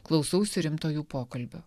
klausausi rimto jų pokalbio